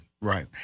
right